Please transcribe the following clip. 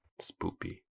spoopy